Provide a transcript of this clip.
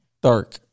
Dark